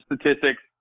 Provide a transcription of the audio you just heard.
statistics